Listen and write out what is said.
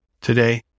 Today